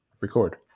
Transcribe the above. record